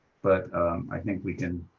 but i think we can